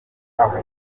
aho